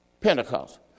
Pentecost